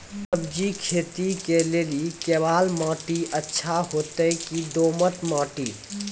सब्जी खेती के लेली केवाल माटी अच्छा होते की दोमट माटी?